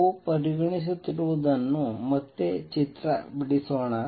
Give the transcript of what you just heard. ನಾವು ಪರಿಗಣಿಸುತ್ತಿರುವುದನ್ನು ಮತ್ತೆ ಚಿತ್ರ ಬಿಡಿಸೋಣ